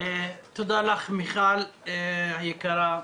תודה לך, מיכל היקרה.